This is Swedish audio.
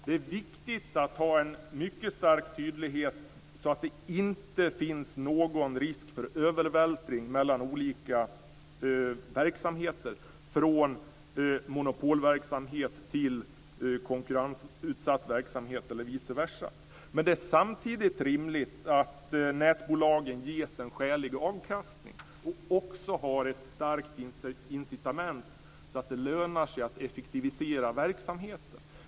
Det är viktigt att tydligheten är så stark att det inte finns någon risk för övervältring mellan olika verksamheter, från monopolverksamhet till konkurrensutsatt verksamhet och vice versa. Men samtidigt är det rimligt att nätbolagen ges en skälig avkastning och att det finns ett starkt incitament för att det lönar sig att effektivisera verksamheten.